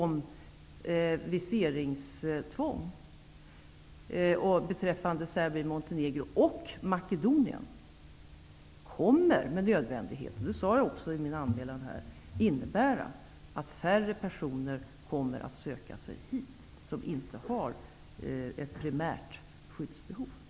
Montenegro och Makedonien kommer med nödvändighet, det sade jag också i mitt inledningsanförande, att innebära att färre personer som inte har ett primärt skyddsbehov kommer att söka sig hit.